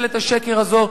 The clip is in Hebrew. ממשלת השקר הזו,